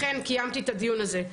ולכן קיימתי את הדיון הזה,